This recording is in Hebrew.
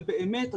ובאמת,